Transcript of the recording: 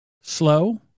Slow